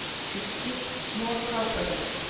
to speak more properly,